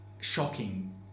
Shocking